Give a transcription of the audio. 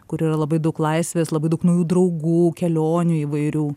kur yra labai daug laisvės labai daug naujų draugų kelionių įvairių